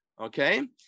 okay